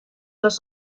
los